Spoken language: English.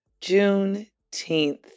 Juneteenth